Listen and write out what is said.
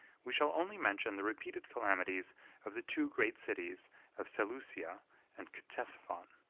we shall only mention the repeated calamities of the two great cities of seleucia and ctesiphon.